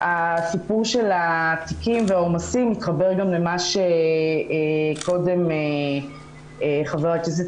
הסיפור של התיקים והעומסים מתחבר למה שקודם חבר הכנסת